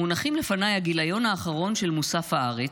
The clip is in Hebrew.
מונחים לפניי הגיליון האחרון של מוסף הארץ,